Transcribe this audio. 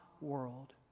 world